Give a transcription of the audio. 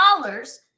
dollars